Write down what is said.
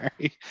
right